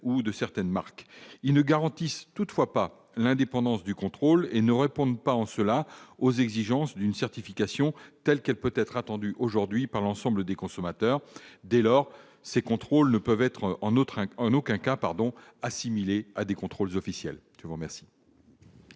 labels et de marques. Ils ne garantissent toutefois pas l'indépendance du contrôle et ne répondent pas en cela aux exigences d'une certification telle qu'elle peut être attendue aujourd'hui par les consommateurs. Dès lors, ces contrôles ne peuvent en aucun cas être assimilés à des contrôles officiels. La parole